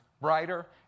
brighter